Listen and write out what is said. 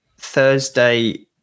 Thursday